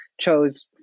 chose